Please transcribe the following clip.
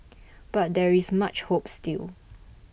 but there is much hope still